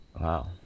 Wow